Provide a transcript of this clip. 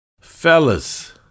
Fellas